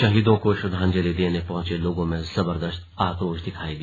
शहीदों को श्रद्वांजलि देने पहुंचे लोगों में जबरदस्त आक्रोश दिखाई दिया